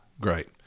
great